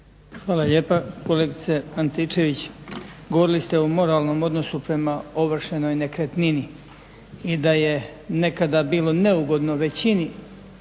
Hvala lijepa. Kolegice Antičević, govorili ste o moralnom odnosu prema ovršenoj nekretnini i da je nekada bilo neugodno većini